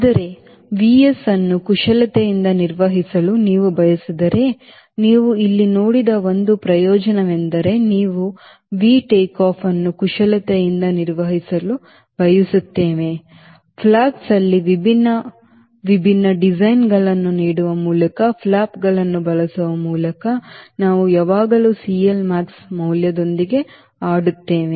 ಆದರೆ Vs ಅನ್ನು ಕುಶಲತೆಯಿಂದ ನಿರ್ವಹಿಸಲು ನೀವು ಬಯಸಿದರೆ ನೀವು ಇಲ್ಲಿ ನೋಡಿದ ಒಂದು ಪ್ರಯೋಜನವೆಂದರೆ ನೀವು V ಟೇಕ್ ಆಫ್ ಅನ್ನು ಕುಶಲತೆಯಿಂದ ನಿರ್ವಹಿಸಲು ಬಯಸುತ್ತೇವೆ ಫ್ಲಾಪ್ಸ್ನಲ್ಲಿ ವಿಭಿನ್ನ ವಿಭಿನ್ನ ಡಿಫ್ಲೆಕ್ಷನ್ಗಳನ್ನು ನೀಡುವ ಮೂಲಕ ಫ್ಲಾಪ್ಗಳನ್ನು ಬಳಸುವ ಮೂಲಕ ನಾವು ಯಾವಾಗಲೂ CLmax ಮೌಲ್ಯದೊಂದಿಗೆ ಆಡುತ್ತೇವೆ